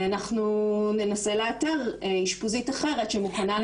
אנחנו ננסה לאתר אשפוזית אחרת שמוכנה לקבל